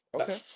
Okay